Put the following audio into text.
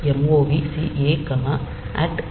movc a apc